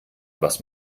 was